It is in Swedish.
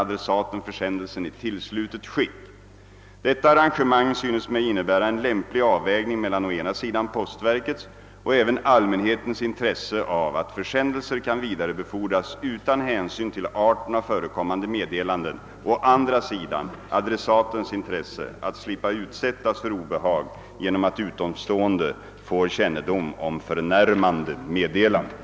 Detta arrangemang synes mig innebära en lämplig avvägning mellan å ena sidan postverkets och även allmänhetens intresse av att försändelser kan vidarebefordras utan hänsyn till arten av förekommande meddelanden, å andra sidan adressatens intresse att slippa utsättas för obehag genom att utomstående får kännedom om förnärmande meddelanden.